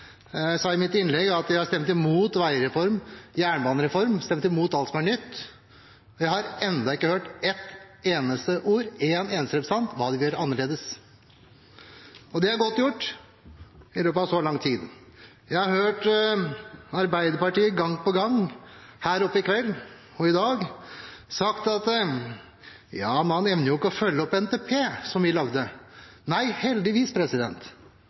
Jeg sa i mitt innlegg at de har stemt imot veireform og jernbanereform – stemt imot alt som er nytt. Jeg har enda ikke hørt et eneste ord fra en eneste representant om hva man vil gjøre annerledes. Det er godt gjort i løpet av så lang tid. Jeg har hørt Arbeiderpartiet gang på gang her i dag og i kveld si at man evner ikke å følge opp NTP, som de lagde. Nei, heldigvis.